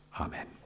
Amen